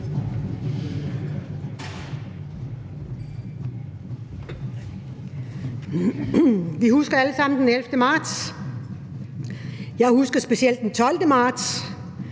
Vi husker alle sammen den 11. marts 2020. Jeg husker specielt den 12. marts,